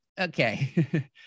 okay